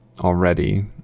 already